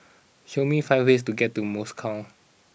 show me five ways to get to Moscow